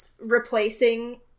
replacing –